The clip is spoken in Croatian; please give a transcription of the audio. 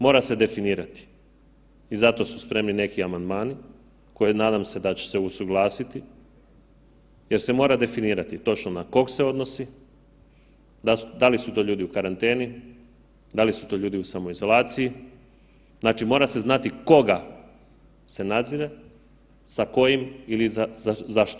Mora se definirati i zato su spremni neki amandmani koje nadam se da će se usuglasiti jer se mora definirati točno na kog se odnosi, da li su to ljudi u karanteni, da li su to ljudi u samoizolaciji, znači mora se znati koga se nadzire, sa kojim ili za što.